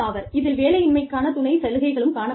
இதில் வேலையின்மைக்கான துணை சலுகைகளும் காணப்படுகிறது